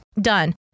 done